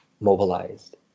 mobilized